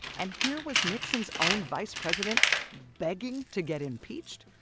and here was nixon's own vice president begging to get impeached?